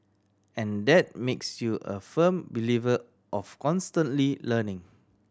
and that makes you a firm believer of constantly learning